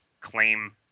claim